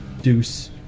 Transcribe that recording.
deuce